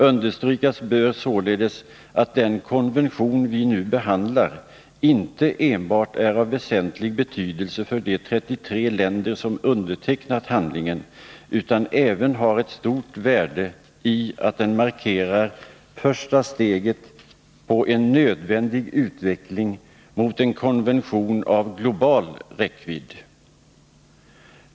Understrykas bör således att den konvention vi nu behandlar icke enbart är av väsentlig betydelse för de 33 länder som undertecknat handlingen, utan även har ett stort värde i att den markerar första steget på en nödvändig utveckling mot en konvention av global räckvidd.